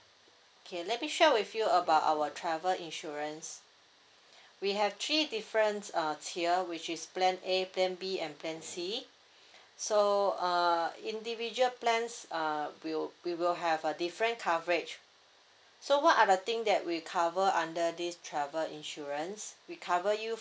okay let me share with you about our travel insurance we have three difference uh tier which is plan A plan B and plan C so uh individual plans uh will we will have a different coverage so what are the thing that we cover under this travel insurance we cover you